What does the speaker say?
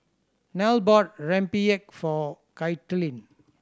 Nelle bought rempeyek for Kaitlin